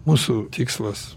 mūsų tikslas